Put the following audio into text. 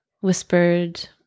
whispered